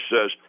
says